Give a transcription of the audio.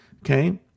Okay